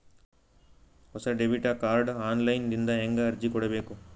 ಹೊಸ debit card online ದಿಂದ ಹೇಂಗ ಅರ್ಜಿ ಕೊಡಬೇಕು?